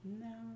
No